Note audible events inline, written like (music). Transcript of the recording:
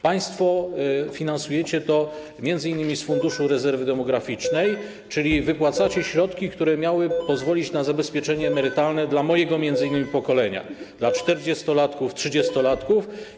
Państwo finansujecie to m.in. z Funduszu Rezerwy Demograficznej, (noise) czyli wypłacacie środki, które miały pozwolić na zabezpieczenie emerytalne m.in. dla mojego pokolenia, dla czterdziestolatków, trzydziestolatków.